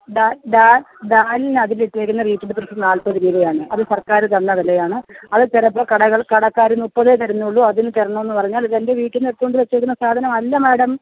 ഡാലിന് അതിനു തരുന്ന റേറ്റ് കുറച്ച് നാൽപ്പത് രൂപയാണ് അത് സർക്കാറ് തന്ന വിലയാണ് അത് ചിലപ്പോൾ കടകൾ കടക്കാരും മുപ്പതെ തരുന്നുള്ളൂ അതിന് തരണം എന്ന് പറഞ്ഞാൽ ഇത് എൻ്റെ വീട്ടിൽനിന്ന് എടുത്തോണ്ട് വെച്ചേക്കുന്ന സാധനം അല്ല മേടം